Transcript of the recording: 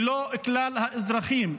ולא לכלל האזרחים.